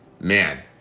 man